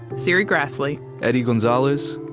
serri graslie, eddie gonzalez,